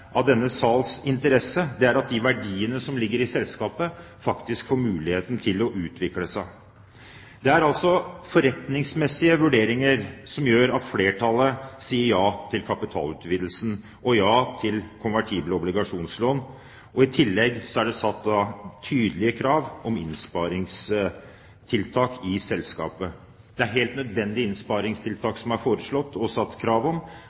av denne sals interesse, er at de verdiene som ligger i selskapet, faktisk får muligheten til å utvikle seg. Det er altså forretningsmessige vurderinger som gjør at flertallet sier ja til kapitalutvidelsen og ja til konvertible obligasjonslån. I tillegg er det satt tydelige krav om innsparingstiltak i selskapet. Det er helt nødvendige innsparingstiltak som er foreslått og satt krav